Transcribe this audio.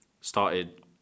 started